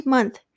Month